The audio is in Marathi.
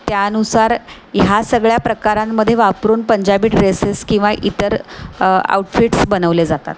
त्यानुसार ह्या सगळ्या प्रकारांमध्ये वापरून पंजाबी ड्रेसेस किंवा इतर आउटफिट्स बनवले जातात